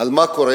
על מה קורה,